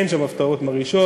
אין שם הפתעות מרעישות.